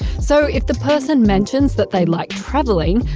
so, if the person mentions that they like traveling,